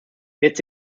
jetzt